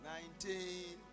Nineteen